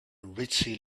ritzy